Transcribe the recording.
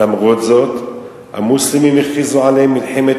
למרות זאת המוסלמים הכריזו עליהם מלחמת